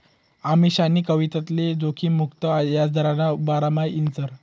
अमीशानी कविताले जोखिम मुक्त याजदरना बारामा ईचारं